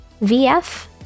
VF